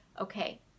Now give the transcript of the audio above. okay